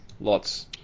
lots